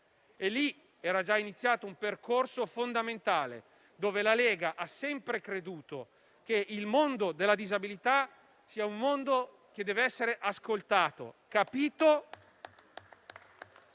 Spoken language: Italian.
Era quindi già iniziato un percorso fondamentale, e la Lega ha sempre creduto che il mondo della disabilità sia un mondo che deve essere ascoltato, capito